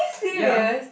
ya